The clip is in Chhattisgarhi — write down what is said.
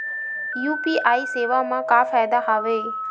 यू.पी.आई सेवा मा का फ़ायदा हवे?